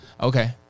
Okay